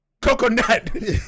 Coconut